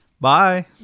Bye